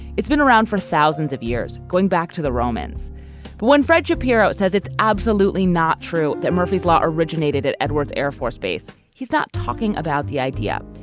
it's been around for thousands of years. going back to the romans when fred shapiro says it's absolutely not true that murphy's law originated at edwards air force base. he's not talking about the idea.